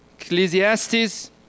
Ecclesiastes